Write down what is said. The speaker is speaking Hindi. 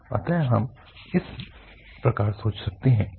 अतः हम इस प्रकार सोच सकते हैं